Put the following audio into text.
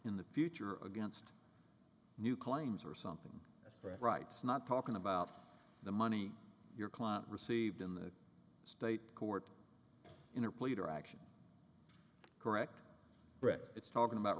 in the future against new claims or something right not talking about the money your client received in the state court in a pleader action correct brett it's talking about